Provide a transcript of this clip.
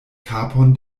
kapon